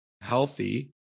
healthy